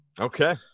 Okay